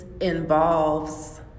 involves